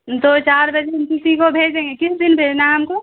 دو چار دن ہم کسی کو بھیج دیں گے کس دن بھیجنا ہے ہم کو